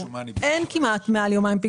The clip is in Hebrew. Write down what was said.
אין כמעט פיגור מעל יומיים.